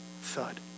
thud